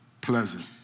pleasant